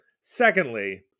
Secondly